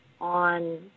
on